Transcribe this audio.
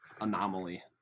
anomaly